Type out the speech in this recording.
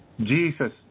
Jesus